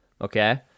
okay